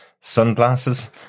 sunglasses